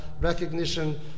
recognition